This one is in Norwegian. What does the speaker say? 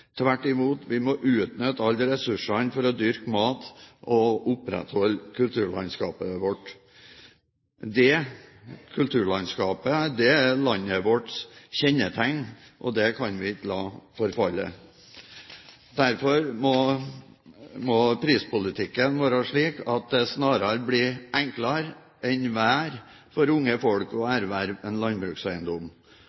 Tvert imot må vi utnytte alle disse ressursene for å dyrke mat og opprettholde kulturlandskapet vårt. Det kulturlandskapet er vårt lands kjennetegn, og det kan vi ikke la forfalle. Derfor må prispolitikken være slik at det snarere blir enklere enn verre for unge folk å